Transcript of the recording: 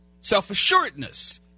self-assuredness